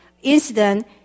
incident